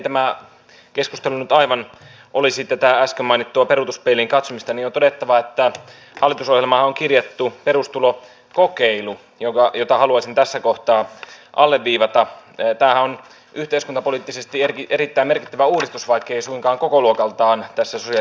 tämä keskustelu taiwan olisi tätä äsken mainittua peruutuspeiliin katsomistani on todettava että hallitusohjelmaan kirjattu perustulon kokeilu joka jota haluaisin tässä kohtaa alleviivata ei tää on erittäin merkittävä uudistus vaikkei suinkaan kokoluokaltaan tärkeä huomio